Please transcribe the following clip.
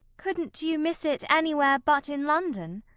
couldn't you miss it anywhere but in london?